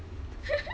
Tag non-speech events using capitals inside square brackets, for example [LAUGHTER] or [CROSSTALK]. [LAUGHS]